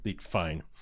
Fine